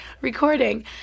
recording